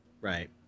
Right